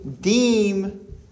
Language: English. deem